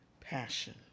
passion